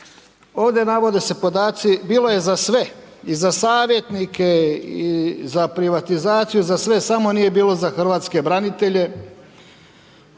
Ovdje navode se podaci bilo je za sve, i za savjetnike, i za privatizaciju, za sve, samo nije bilo za hrvatske branitelje,